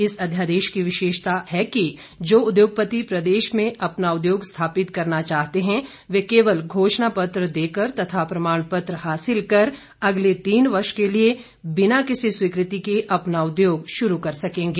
इस अध्यादेश की विशेषता है कि जो उद्योगपति प्रदेश में अपना उद्योग स्थापित करना चाहते हैं वह केवल घोषणा पत्र देकर तथा प्रमाण पत्र हासिल कर अगले तीन वर्ष के लिए बिना किसी स्वीकृति के अपना उद्योग शुरू कर सकेंगे